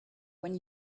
when